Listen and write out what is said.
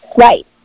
Right